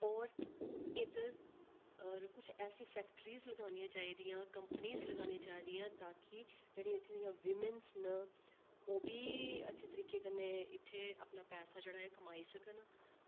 और इद्धर कुछ ऐसी फैक्ट्रिस लगानियां चाहिदियां कंपनीज लगानी चाहिदियां ताकि जेह्ड़ी इत्थें दियां वीमैंस न ओह् बी अच्छे तरीके कन्नै इत्थे अपना पैसा जेह्ड़ा ऐ कमाई सकन